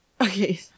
Okay